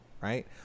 right